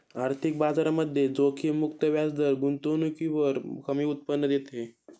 आर्थिक बाजारामध्ये जोखीम मुक्त व्याजदर गुंतवणुकीवर कमी उत्पन्न देते